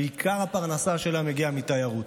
שעיקר הפרנסה שלה מגיע מתיירות.